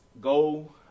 go